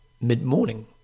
mid-morning